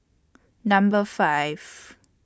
Number five